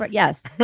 but yes,